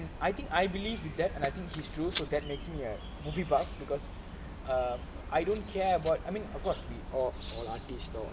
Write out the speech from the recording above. I think I believe with that and I think his true so that makes me a movie buff because err I don't care about I mean of course we of all all artiste thought